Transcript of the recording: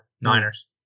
Niners